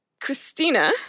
Christina